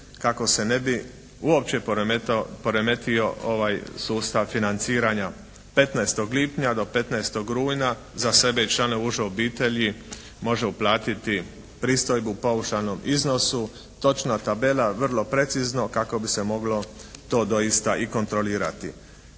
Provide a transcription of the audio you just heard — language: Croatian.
kako se ne bi uopće poremetio ovaj sustav financiranja. 15. lipnja do 15. rujna za sebe i članove uže obitelji može uplatiti pristojbu u paušalnom iznosu. Točna tabela, vrlo precizno kako bi se moglo to doista i kontrolirati.